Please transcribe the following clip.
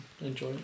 enjoy